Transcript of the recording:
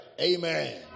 Amen